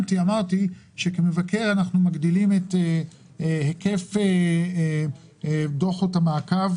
כמבקר אנחנו מגדילים את היקף דוחות המעקב